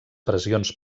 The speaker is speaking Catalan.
pressions